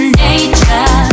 nature